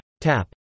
tap